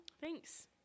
Thanks